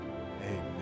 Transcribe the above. amen